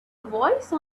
voice